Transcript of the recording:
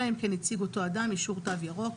אלא אם כן הציג אותו אדם אישור "תו ירוק",